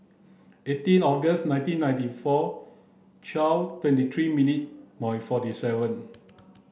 eighteen August nineteen ninety four twelve twenty three minute forty seven